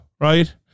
right